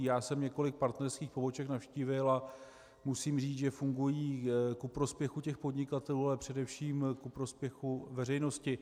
Já jsem několik partnerských poboček navštívil a musím říct, že fungují ku prospěchu podnikatelů, ale především ku prospěchu veřejnosti.